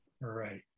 Right